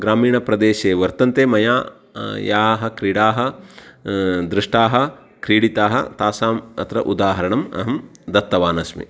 ग्रामीणप्रदेशे वर्तन्ते मया याः क्रीडाः दृष्टाः क्रीडिताः तासाम् अत्र उदाहरणम् अहं दत्तवानस्मि